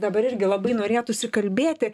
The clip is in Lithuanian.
dabar irgi labai norėtųsi kalbėti